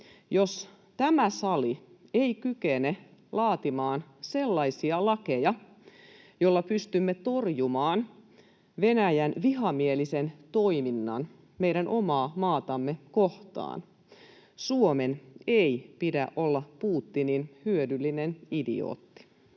jos tämä sali ei kykene laatimaan sellaisia lakeja, joilla pystymme torjumaan Venäjän vihamielisen toiminnan meidän omaa maatamme kohtaan? Suomen ei pidä olla Putinin hyödyllinen idiootti.